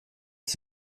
ist